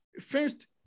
first